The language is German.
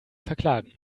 verklagen